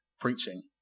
preaching